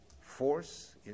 force